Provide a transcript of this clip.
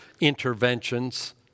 interventions